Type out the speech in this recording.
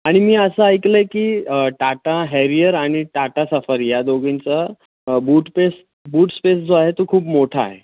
आणि मी असं ऐकलं आहे की टाटा हॅरियर आणि टाटा सफारी या दोघींचा बूट पेस बूट स्पेस जो आहे तो खूप मोठा आहे